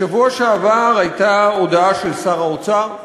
בשבוע שעבר הייתה הודעה של שר האוצר,